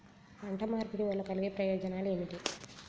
పంట మార్పిడి వల్ల కలిగే ప్రయోజనాలు ఏమిటి?